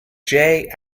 jay